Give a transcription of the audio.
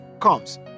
comes